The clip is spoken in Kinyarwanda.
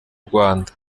rwanda